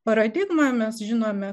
paradigmą mes žinome